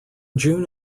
june